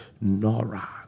Nora